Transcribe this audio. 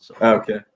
Okay